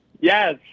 Yes